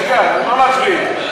רגע, על מה מצביעים?